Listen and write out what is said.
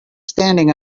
standing